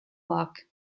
block